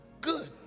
good